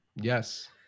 Yes